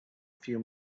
few